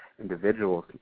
individuals